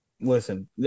Listen